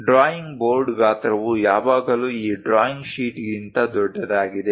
drawing board ಗಾತ್ರವು ಯಾವಾಗಲೂ ಈ ಡ್ರಾಯಿಂಗ್ ಶೀಟ್ಗಿಂತ ದೊಡ್ಡದಾಗಿದೆ